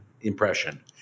impression